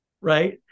right